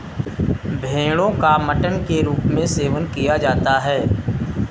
भेड़ो का मटन के रूप में सेवन किया जाता है